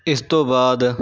ਇਸ ਤੋਂ ਬਾਅਦ